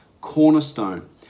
cornerstone